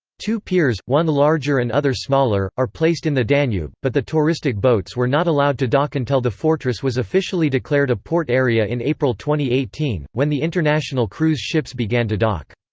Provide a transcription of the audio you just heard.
two piers, one larger and other smaller, are placed in the danube, but the touristic boats were not allowed to dock until the fortress was officially declared a port area in april two eighteen, when the international cruise ships began to dock.